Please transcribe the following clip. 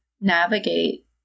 navigate